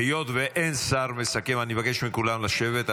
היות שאין שר מסכם, אני מבקש מכולם לשבת.